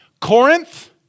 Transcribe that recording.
Corinth